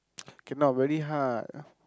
cannot very hard